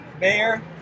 mayor